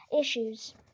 issues